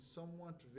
somewhat